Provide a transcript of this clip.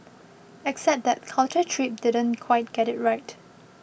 except that Culture Trip didn't quite get it right